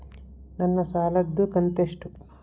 ನನ್ನ ಸಾಲದು ಕಂತ್ಯಷ್ಟು?